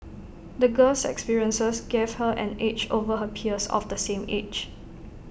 the girl's experiences gave her an edge over her peers of the same age